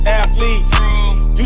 athlete